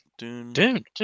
Dune